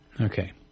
okay